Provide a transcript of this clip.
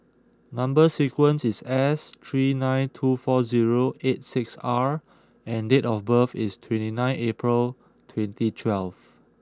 number sequence is S three nine two four zero eight six R and date of birth is twenty nine April twenty twelve